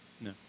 No